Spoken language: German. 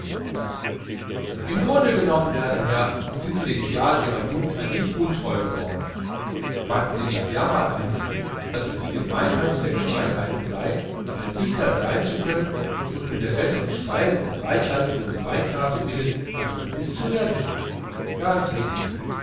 im grunde genommen werter herr sind sie den idealen ihrer jugend ein wenig untreu geworden fanden sie nicht dermaleinsten daß es die gemeinheit der gemeinheiten sei ein dichter sein zu können und um der besseren speise und weinkarte willen ein journalist zu werden ganz richtig